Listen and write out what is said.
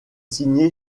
signé